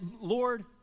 Lord